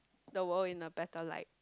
the world in a better light